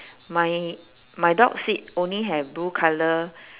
my my dog's seat only have blue colour